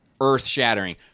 earth-shattering